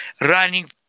running